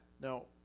Now